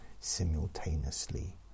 simultaneously